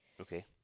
Okay